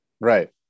Right